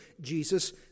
Jesus